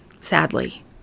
sadly